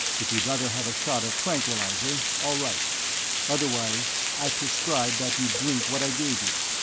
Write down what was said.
if you'd rather have a shot of tranquilizer, all right otherwise, i prescribe that you drink what i gave you.